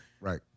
Right